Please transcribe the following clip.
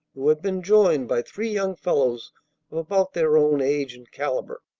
who had been joined by three young fellows of about their own age and caliber.